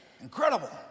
Incredible